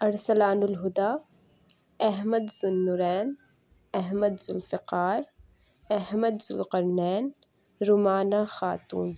Arsalan Alhuda Ahmad Zulnoorain Ahmad Zulfiqar Ahmad Zulqarnain Romana Khatoon